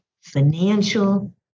financial